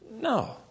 No